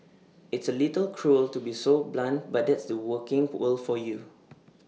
it's A little cruel to be so blunt but that's the working world for you